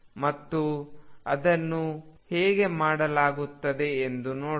ಮತ್ತು ಅದನ್ನು ಹೇಗೆ ಮಾಡಲಾಗುತ್ತದೆ ಎಂದು ನೋಡೋಣ